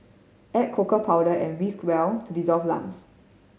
add cocoa powder and whisk well to dissolve lumps